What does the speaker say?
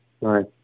right